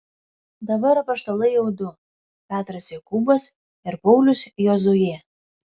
dabar apaštalai jau du petras jokūbas ir paulius jozuė